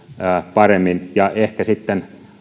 paremmin ja ehkä sitten